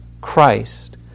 Christ